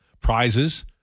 Prizes